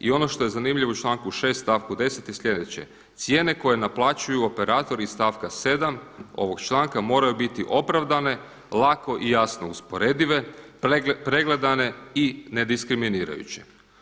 I ono što je zanimljivo u članku 6. stavku 10. je sljedeće: cijene koje naplaćuju operatori iz stavka 7. ovog članka moraju biti opravdane, lako i jasno usporedive, pregledane i ne diskriminirajuće.